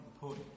put